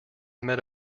met